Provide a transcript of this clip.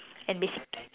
and basic~